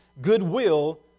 Goodwill